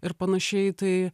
ir panašiai tai